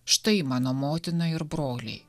štai mano motina ir broliai